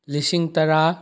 ꯂꯤꯁꯤꯡ ꯇꯔꯥ